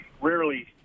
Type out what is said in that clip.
rarely